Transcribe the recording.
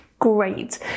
Great